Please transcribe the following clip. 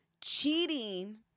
cheating